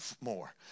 more